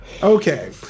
Okay